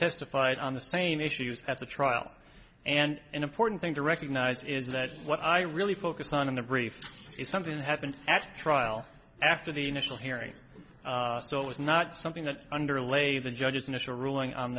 testified on the same issues at the trial and an important thing to recognize is that what i really focused on in the brief is something happened at trial after the initial hearing so it was not something that underlay the judge's initial ruling on